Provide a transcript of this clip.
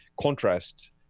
contrast